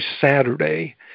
saturday